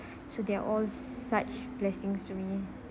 so they're all such blessings to me